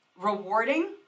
rewarding